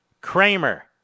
Kramer